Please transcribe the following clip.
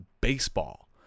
baseball